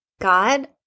God